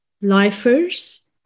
lifers